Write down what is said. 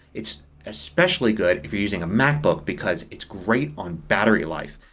it's especially good if you're using a macbook because it's great on battery life.